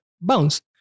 bounce